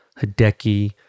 Hideki